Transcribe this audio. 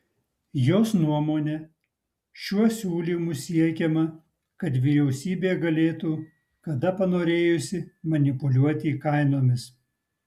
jos nuomone šiuo siūlymu siekiama kad vyriausybė galėtų kada panorėjusi manipuliuoti kainomis